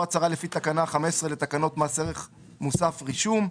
או הצהרה לפי תקנה 15 לתקנות מס ערך מוסף (רישום),